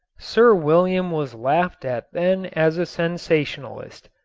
sir william was laughed at then as a sensationalist.